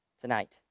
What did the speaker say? tonight